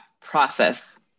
process